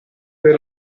per